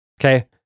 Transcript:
Okay